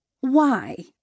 Why